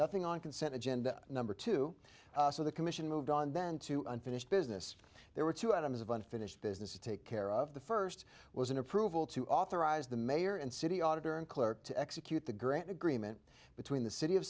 nothing on consent agenda number two so the commission moved on then to unfinished business there were two items of unfinished business to take care of the first was an approval to authorize the mayor and city auditor and clerk to execute the grant agreement between the city of